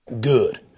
Good